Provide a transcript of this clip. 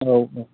औ औ